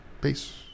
Peace